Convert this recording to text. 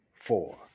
four